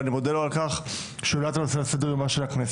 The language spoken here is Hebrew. אני מודה לו על כך שהוא העלה את זה על סדר יומה של הכנסת,